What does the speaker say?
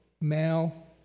male